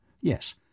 Yes